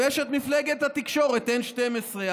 ויש את מפלגת התקשורת 12N,